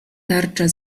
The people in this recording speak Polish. tarcza